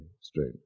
straight